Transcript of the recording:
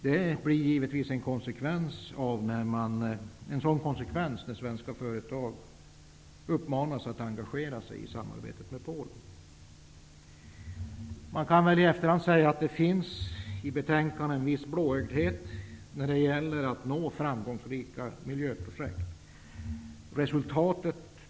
Det blir givetvis en konsekvens när svenska företag uppmanas att engagera sig i samarbetet med Polen. I efterhand kan man säga att det fanns en viss blåögdhet i betänkandet när det gällde att starta framgångsrika miljöprojekt.